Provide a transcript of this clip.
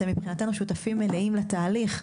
אתם מבחינתנו שותפים מלאים לתהליך,